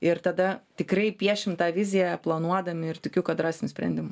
ir tada tikrai piešim tą viziją planuodami ir tikiu kad rasim sprendimą